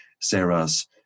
Sarah's